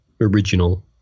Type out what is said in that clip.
original